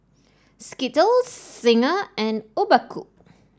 Skittles Singha and Obaku